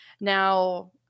Now